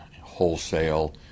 wholesale